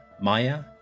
Maya